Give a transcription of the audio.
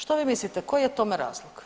Što vi mislite koji je tome razlog?